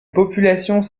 populations